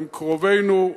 הם קרובינו,